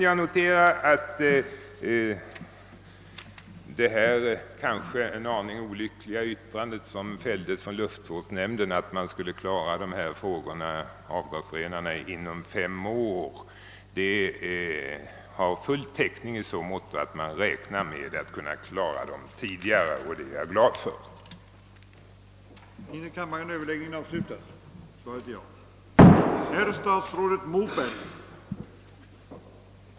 Jag noterar att det kanske något olyckliga yttrande, som fälldes från luftvårdsnämnden om att frågan om avgasrenarna skulle kunna klaras inom fem år, har full täckning i så måtto att man räknar med att klara den tidigare, och det är jag glad för.